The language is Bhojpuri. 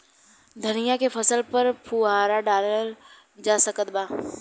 धनिया के फसल पर फुहारा डाला जा सकत बा?